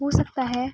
ہو سکتا ہے